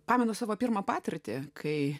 pamenu savo pirmą patirtį kai